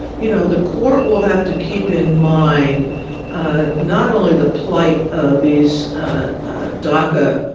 you know, the court will have to keep in mind ah not only the plight of these ah dacca